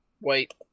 Wait